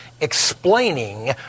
explaining